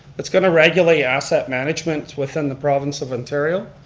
that's going to regulate asset management within the province of ontario.